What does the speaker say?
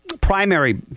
Primary